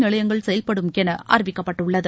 நிலையங்கள் செயல்படும் என அறிவிக்கப்பட்டுள்ளது